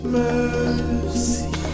mercy